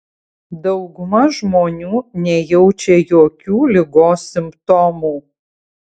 dauguma žmonių nejaučia jokių ligos simptomų